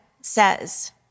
says